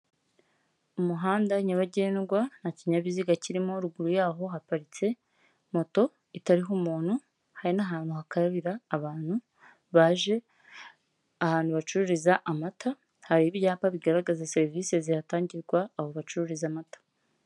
Umuhanda nyabagendwa nta kinyabiziga kirimo, ruguru yaho haparitse moto itariho umuntu, hari n'ahantu bakarira abantu baje, ahantu bacururiza amata, hari ibyapa bigaragaza serivisi zihatangirwa abo bacururiza amata.